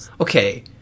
okay